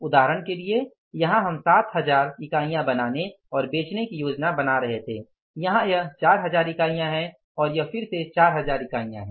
उदाहरण के लिए यहाँ हम 7 हज़ार यूनिट बनाने और बेचने की योजना बना रहे थे यहाँ यह 4 हज़ार इकाइयाँ हैं और र यह फिर से ४ हज़ार यूनिट है